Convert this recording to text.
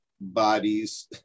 bodies